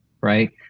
right